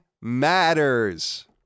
matters